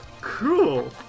cool